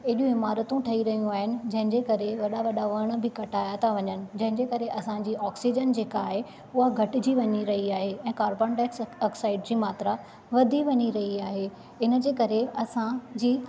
हेॾियूं इमारतूं ठही रहियूं आहिनि जेंहिंजे करे वॾा वॾा वणु बि कटाया था वञनि जेंहिंजे करे असांजी ऑक्सिज़न जेका आहे उहा घटिजी वञी रही आहे ऐ कार्बन डाईऑक्साइड जी मात्रा वधी वञी रही आहे हिन जे करे असांजी